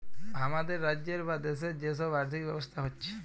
হামাদের রাজ্যের বা দ্যাশের যে সব আর্থিক ব্যবস্থা হচ্যে